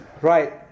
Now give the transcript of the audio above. Right